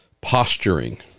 posturing